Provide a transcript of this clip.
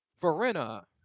Verena